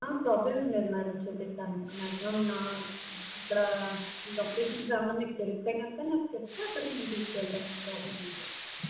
problem ఏం లేదు madam చూపిస్తాను మ్యాక్సిమమ్ నా అక్కడ లొకేషన్స్ ఏవన్నా మీకు తెలిస్తే కనుక మాకు చెప్తే అక్కడికి నేను తీసుకెళతాం ప్రాబ్లమ్ ఏం లేదు